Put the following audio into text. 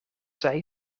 zij